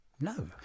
No